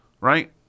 right